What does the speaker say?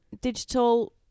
digital